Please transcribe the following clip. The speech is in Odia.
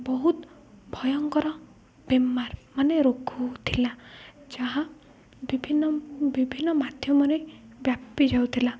ବହୁତ ଭୟଙ୍କର ବେମାର ମାନେ ରୋଗଥିଲା ଯାହା ବିଭିନ୍ନ ବିଭିନ୍ନ ମାଧ୍ୟମରେ ବ୍ୟାପି ଯାଉଥିଲା